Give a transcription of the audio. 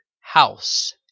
House